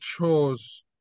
chose